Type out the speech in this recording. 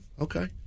Okay